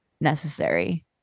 Necessary